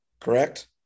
correct